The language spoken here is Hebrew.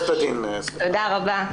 תודה רבה.